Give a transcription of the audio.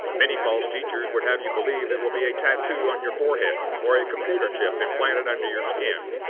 many false teachers would have you believe it will be a tattoo on your forehead or a computer chip implanted under your skin.